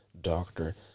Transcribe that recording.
doctor